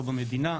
לא במדינה,